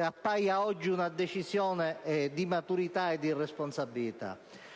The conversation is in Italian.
appaia oggi una decisione di maturità e di responsabilità.